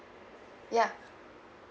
ya